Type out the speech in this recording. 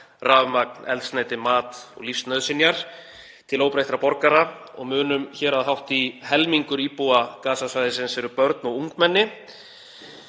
rafmagn, eldsneyti, mat og lífsnauðsynjar til óbreyttra borgara. Munum hér að hátt í helmingur íbúa Gaza-svæðisins eru börn og ungmenni.